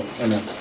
Amen